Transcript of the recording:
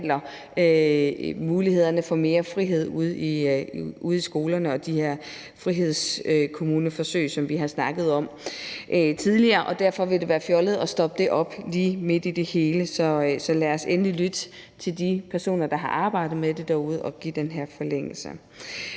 mulighederne for mere frihed ude i skolerne og de her frihedskommuneforsøg, som vi har snakket om tidligere. Derfor vil det være fjollet at stoppe det lige midt i det hele, så lad os endelig lytte til de personer, der har arbejdet med det derude, og give den her forlængelse.